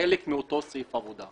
אני לא סומכת על חברות הגז,